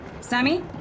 Sammy